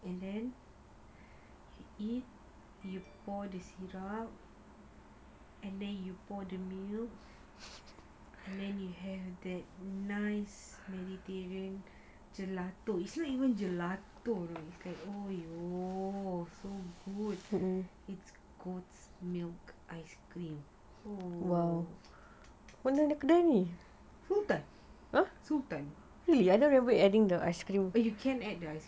and then if you pour the syrup and then you pour the milk and then you have that nice mediterranean gelato is not even gelato you know really !aiyo! it's so good it's goat's milk ice cream oh !wow! sultan oh you can add the ice cream